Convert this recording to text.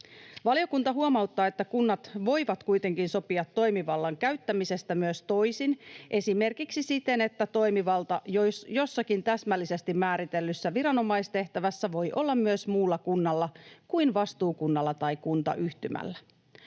Valiokunta huomauttaa, että kunnat voivat kuitenkin sopia toimivallan käyttämisestä myös toisin, esimerkiksi siten, että toimivalta jossakin täsmällisesti määritellyssä viranomaistehtävässä voi olla myös muulla kunnalla kuin vastuukunnalla tai kuntayhtymällä.